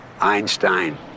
Einstein